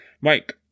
Mike